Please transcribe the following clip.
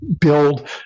build